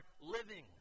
living